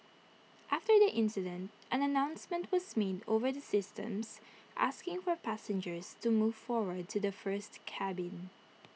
after the incident an announcement was made over the systems asking for passengers to move forward to the first cabin